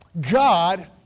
God